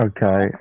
Okay